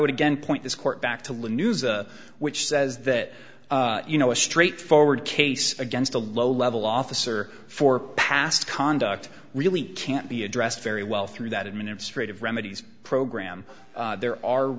would again point this court back to lynn news which says that you know a straightforward case against a low level officer for past conduct really can't be addressed very well through that administrative remedies program there are